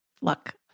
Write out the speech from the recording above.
Look